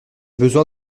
besoin